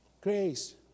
Grace